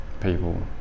people